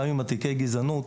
גם עם תיקי הגזענות,